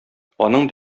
аның